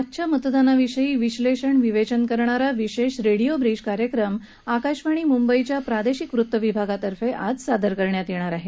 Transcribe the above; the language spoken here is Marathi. आजच्या मतदानाविषयी विश्वेषण विवेचन करणारा विशेष रेडिओ ब्रीज कार्यक्रम आकाशवाणी मुंबईच्या प्रादेशिक वृत्तविभागातर्फे सादर करण्यात येणार आहे